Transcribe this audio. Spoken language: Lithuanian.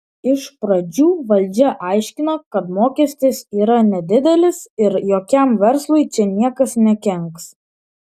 iš pradžių valdžia aiškino kad mokestis yra nedidelis ir jokiam verslui čia niekas nekenks